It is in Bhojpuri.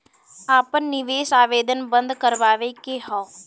आपन निवेश आवेदन बन्द करावे के हौ?